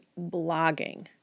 blogging